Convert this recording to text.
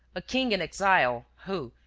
a king in exile who,